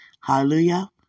Hallelujah